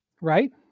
right